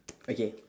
okay